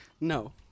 no